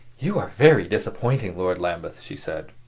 you are very disappointing, lord lambeth, she said.